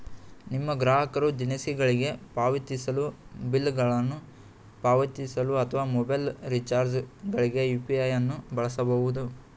ನಿಮ್ಮ ಗ್ರಾಹಕರು ದಿನಸಿಗಳಿಗೆ ಪಾವತಿಸಲು, ಬಿಲ್ ಗಳನ್ನು ಪಾವತಿಸಲು ಅಥವಾ ಮೊಬೈಲ್ ರಿಚಾರ್ಜ್ ಗಳ್ಗೆ ಯು.ಪಿ.ಐ ನ್ನು ಬಳಸಬಹುದು